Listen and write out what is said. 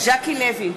ז'קי לוי,